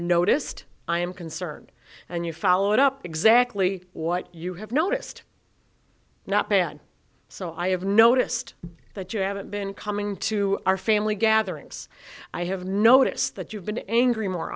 noticed i am concerned and you follow it up exactly what you have noticed not bad so i have noticed that you haven't been coming to our family gatherings i have noticed that you've been angry more